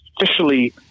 officially